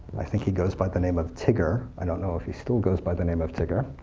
i think he goes by the name of tigger. i don't know if he still goes by the name of tigger.